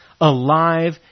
alive